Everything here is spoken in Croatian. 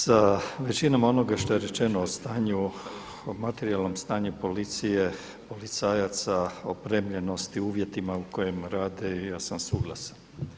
Sa većinom onoga što je rečeno o stanju, o materijalnom stanju policije, policajaca, opremljenosti, uvjetima u kojima rade ja sam suglasan.